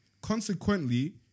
Consequently